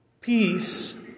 Peace